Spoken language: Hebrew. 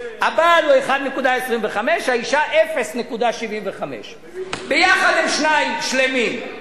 הבעל הוא 1.25, האשה, 0.75. ביחד הם שניים שלמים.